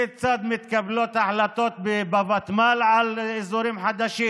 כיצד מתקבלות החלטות בוותמ"ל על אזורים חדשים.